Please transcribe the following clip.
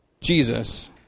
Jesus